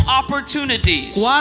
opportunities